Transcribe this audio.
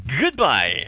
goodbye